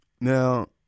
Now